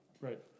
Right